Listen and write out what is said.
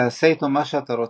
תעשה איתו מה שאתה רוצה",